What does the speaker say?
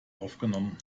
aufgenommen